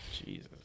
Jesus